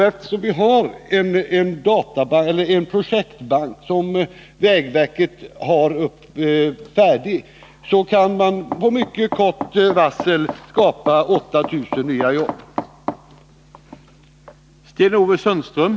Vägverket har ju en projektbank färdig som med mycket kort varsel kan utnyttjas för att skapa 8000 nya arbeten.